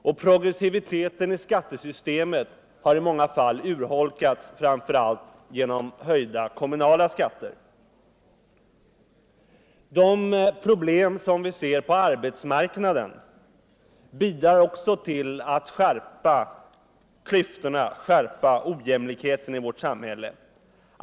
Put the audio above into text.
Och progressiviteten i skattesystemet har i många fall urholkats, framför allt genom höjda kommunala skatter. De problem som vi ser på arbetsmarknaden bidrar också till att skärpa ojämlikheten i vårt samhälle.